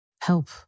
Help